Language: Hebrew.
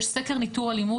יש סקר ניטור אלימות,